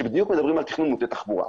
שבדיוק מדברות על תכנון מוטה תחבורה.